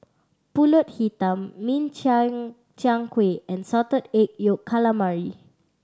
Pulut Hitam min chiang chiang kueh and Salted Egg Yolk Calamari